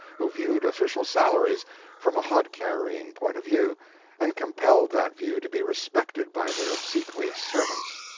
who viewed official salaries from a hod-carrying point of view and compelled that view to be respected by their obsequious servants.